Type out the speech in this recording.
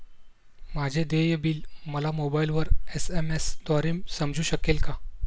माझे देय बिल मला मोबाइलवर एस.एम.एस द्वारे समजू शकेल का?